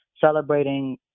celebrating